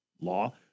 law